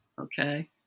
Okay